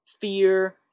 fear